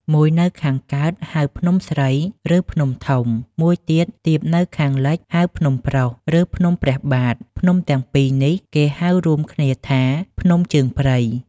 មួយនៅខាងកើត ហៅ ភ្នំស្រី ឬ ភ្នំធំ, មួយទៀត ទាបនៅខាងលិច ហៅ ភ្នំប្រុស ឬ ភ្នំព្រះបាទ, ភ្នំទាំងពីរនេះ គេហៅរួមគ្នាថា "ភ្នំជើងព្រៃ"